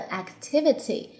activity